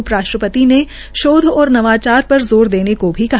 उप राष्ट्रपति ने शोध और नवाचार पर जोर देने को भी कहा